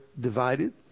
divided